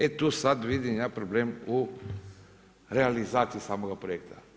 E tu sad vidim ja problem u realizaciji samoga projekta.